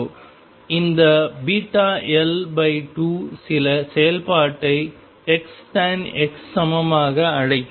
இந்த βL2 சில செயல்பாட்டை X tan X சமமாக அழைக்கிறேன்